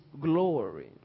glory